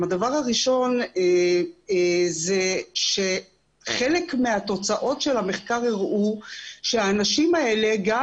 הדבר הראשון זה שחלק מהתוצאות של המחקר הראו שהאנשים האלה גם